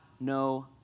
no